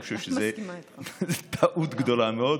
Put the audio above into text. אני חושב שזו טעות גדולה מאוד.